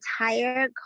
entire